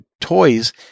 toys